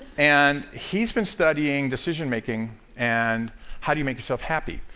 and he's been studying decision-making and how do you make yourself happy.